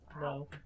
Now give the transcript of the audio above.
No